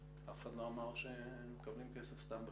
אף אחד לא אמר שמקבלים כסף סתם בכנסת.